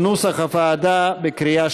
לא נתקבלה.